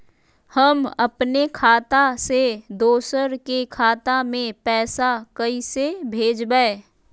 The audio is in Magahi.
हम अपने खाता से दोसर के खाता में पैसा कइसे भेजबै?